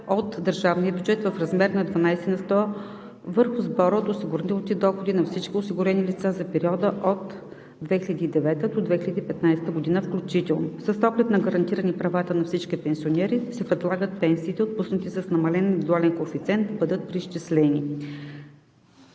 от държавния бюджет в размер 12 на сто върху сбора от осигурителните доходи на всички осигурени лица за периода от 2009 г. до 2015 г. включително. С оглед на гарантиране правата на всички пенсионери се предлага пенсиите, отпуснати с намален индивидуален коефициент, да бъдат преизчислени.